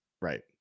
Right